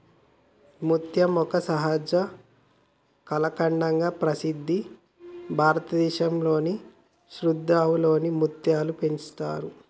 ముత్యం ఒక సహజ కళాఖండంగా ప్రసిద్ధి భారతదేశంలో శరదృతువులో ముత్యాలు పెంచుతారు